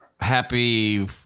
happy